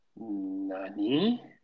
Nani